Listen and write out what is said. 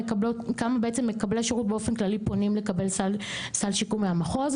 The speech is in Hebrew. עצם מקבלי שירות באופן כללי פונים לקבל סל שיקום מהמחוז,